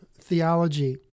theology